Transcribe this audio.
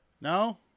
No